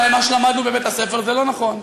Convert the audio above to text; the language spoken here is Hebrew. אולי מה שלמדנו בבית-הספר אינו נכון.